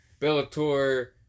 Bellator